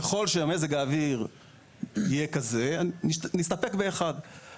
ככל שמזג האוויר יהיה כזה, נסתפק ביחידה אחת.